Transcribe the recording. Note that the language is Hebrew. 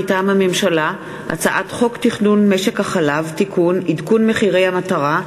מטעם הממשלה: הצעת חוק תכנון משק החלב (תיקון) (עדכון מחירי המטרה),